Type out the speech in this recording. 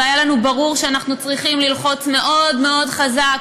והיה לנו ברור שאנחנו צריכים ללחוץ מאוד מאוד חזק